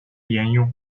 沿用